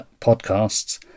podcasts